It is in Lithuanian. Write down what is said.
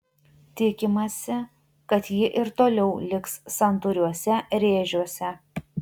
tikimasi kad ji ir toliau liks santūriuose rėžiuose